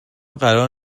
قرار